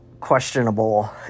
questionable